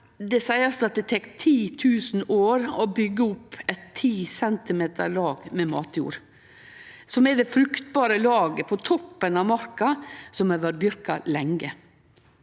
Det blir sagt at det tek 10 000 år å byggje opp eit 10 cm lag med matjord, som er det fruktbare laget på toppen av marka som har vore dyrka lenge.